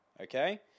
Okay